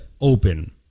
open